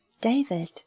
David